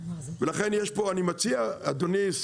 אני מציע, אדוני,